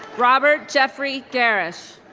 robert jeffrey gerrish